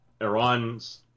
Iran's